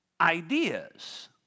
ideas